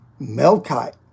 Melkite